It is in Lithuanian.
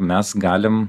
mes galim